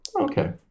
okay